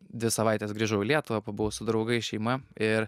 dvi savaites grįžau į lietuvą pabuvau su draugais šeima ir